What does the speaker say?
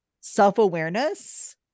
self-awareness